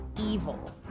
evil